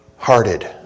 Hearted